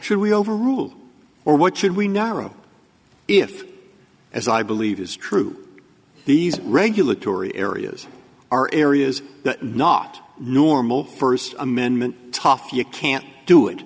should we overrule or what should we narrow if as i believe is true these regulatory areas are areas that are not normal first amendment tough you can't do it